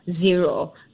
zero